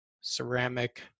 ceramic